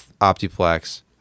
Optiplex